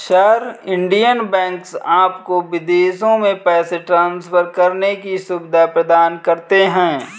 sir, Indian banks आपको विदेशों में पैसे ट्रान्सफर करने की सुविधा प्रदान करते हैं